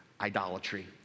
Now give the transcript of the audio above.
idolatry